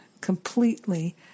completely